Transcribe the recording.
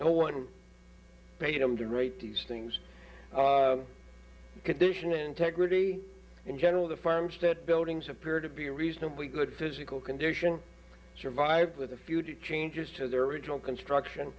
no one paid him to rate these things condition integrity in general the farmstead buildings appear to be a reasonably good physical condition survived with a few to changes to their original construction